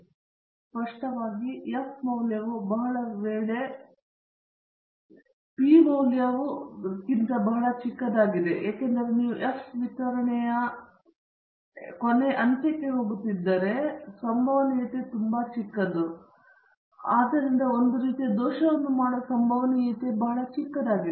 ಮತ್ತು ಸ್ಪಷ್ಟವಾಗಿ ಎಫ್ ಮೌಲ್ಯವು ಬಹಳ ವೇಳೆ ಪಿ ಮೌಲ್ಯವು ಬಹಳ ಚಿಕ್ಕದಾಗಿದೆ ಏಕೆಂದರೆ ನೀವು ಎಫ್ ವಿತರಣೆಯ ಬಾಲ ಅಂತ್ಯಕ್ಕೆ ಹೋಗುತ್ತಿದ್ದರೆ ಮತ್ತು ಸಂಭವನೀಯತೆ ತುಂಬಾ ಚಿಕ್ಕದು ಮತ್ತು ಆದ್ದರಿಂದ ಒಂದು ರೀತಿಯ ದೋಷವನ್ನು ಮಾಡುವ ಸಂಭವನೀಯತೆ ಬಹಳ ಚಿಕ್ಕದಾಗಿದೆ